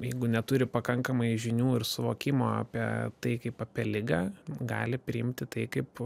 jeigu neturi pakankamai žinių ir suvokimo apie tai kaip apie ligą gali priimti tai kaip